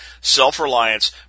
self-reliance